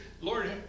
Lord